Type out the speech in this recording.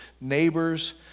neighbors